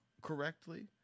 correctly